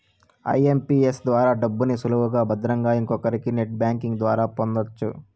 IMPS ద్వారా డబ్బుని సులువుగా భద్రంగా ఇంకొకరికి నెట్ బ్యాంకింగ్ ద్వారా పొందొచ్చు